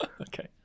okay